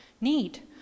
need